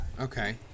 Okay